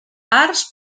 parts